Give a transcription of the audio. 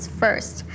first